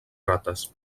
rates